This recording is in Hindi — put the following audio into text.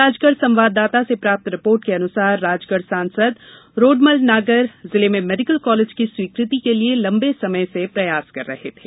राजगढ़ संवाददता से प्राप्त रिपोर्ट के अनुसार राजगढ़ सांसद रोड़मल नागर जिले में मेडीकल कॉलेज की स्वीकृति के लिए लम्बे समय से प्रयासरत थे